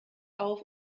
auf